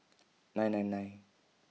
nine nine nine